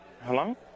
Hello